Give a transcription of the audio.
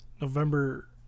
November